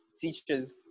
teachers